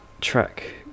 track